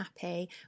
happy